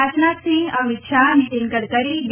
Rajnath Singh Amit Shah Nitin Gadkari D